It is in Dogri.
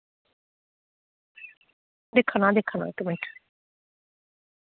दिक्खना दिक्खना इक मैंट